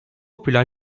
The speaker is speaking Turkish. plan